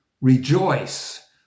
Rejoice